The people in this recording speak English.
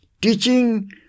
teaching